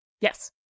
Yes